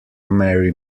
marry